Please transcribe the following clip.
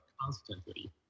constantly